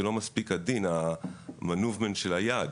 זה לא מספיק עדין, המנובר של היד.